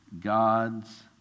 God's